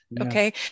Okay